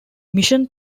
mission